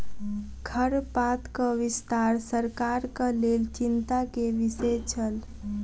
खरपातक विस्तार सरकारक लेल चिंता के विषय छल